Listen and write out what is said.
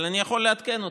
אבל אני יכול לעדכן אתכם.